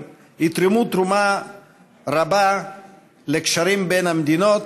יתרמו תרומה רבה לקשרים בין המדינות,